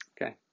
Okay